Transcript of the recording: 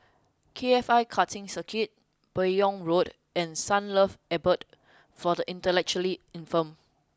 K F I Karting Circuit Buyong Road and Sunlove Abode for the Intellectually Infirmed